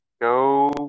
go